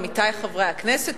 עמיתי חברי הכנסת,